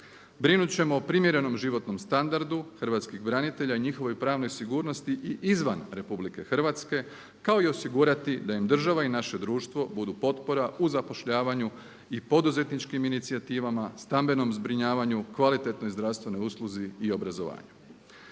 Brinut ćemo o primjerenom životnom standardu hrvatskih branitelja i njihove pravne sigurnosti i izvan RH kao i osigurati da im država i naše društvo budu potpora u zapošljavanju i poduzetničkim inicijativama, stambenom zbrinjavanju, kvalitetnoj i zdravstvenoj usluzi i obrazovanju.